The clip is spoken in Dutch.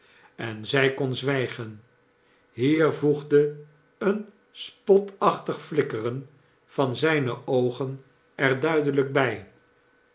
en zy kon zwygen hier voegde een spotachtig flikkeren van zyne oogen er duidelyk bij